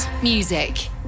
music